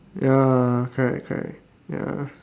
ya correct correct ya